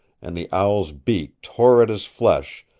and the owl's beak tore at his flesh,